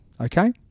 Okay